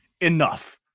enough